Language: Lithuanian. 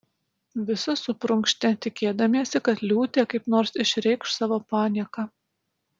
visi suprunkštė tikėdamiesi kad liūtė kaip nors išreikš savo panieką